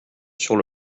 sur